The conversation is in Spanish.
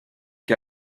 que